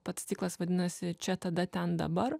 pats ciklas vadinasi čia tada ten dabar